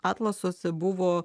atlasuose buvo